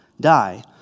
die